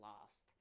lost